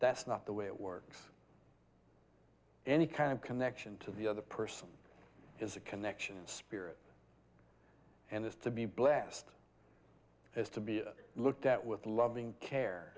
that's not the way it works any kind of connection to the other person is a connection in spirit and is to be blessed is to be looked at with loving care